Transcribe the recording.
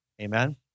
Amen